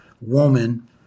woman